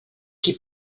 qui